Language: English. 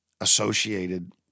associated